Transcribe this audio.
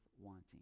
wanting